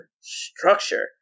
structure